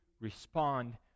respond